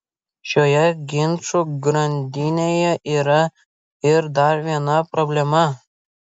šioje ginčų grandinėje yra ir dar viena problema